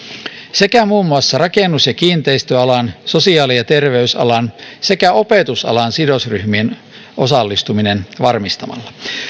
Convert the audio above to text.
sekä muun muassa rakennus ja kiinteistöalan sosiaali ja terveysalan sekä opetusalan sidosryhmien osallistuminen varmistamalla